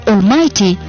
Almighty